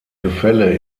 gefälle